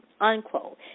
Unquote